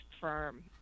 firm